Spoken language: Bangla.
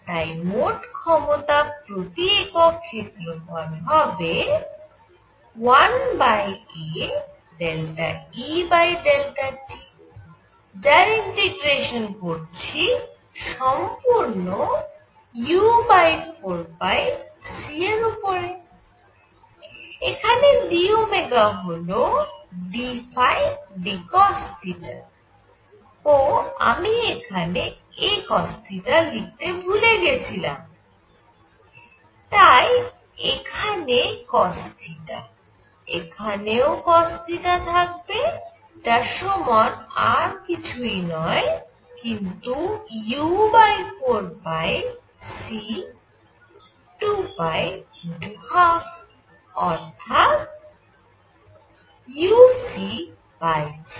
তাই মোট ক্ষমতা প্রতি একক ক্ষেত্রফল হবে 1aEt যার ইন্টিগ্রশান করছি সম্পূর্ণ u4πcর উপরে এখানে d হল dϕdcosθ ও আমি এখানে a cosθ লিখতে ভুলে গেছিলাম তাই এখানে cosθ এখানেও cosθ যার সমান আর কিছুই নয় কিন্তু u4πc2π12 অর্থাৎ uc4